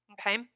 Okay